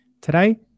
Today